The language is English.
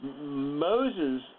Moses